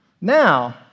Now